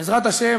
בעזרת השם,